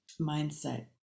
mindset